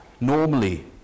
normally